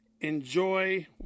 Enjoy